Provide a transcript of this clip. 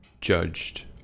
judged